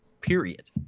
period